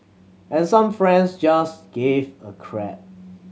and some friends just give a crap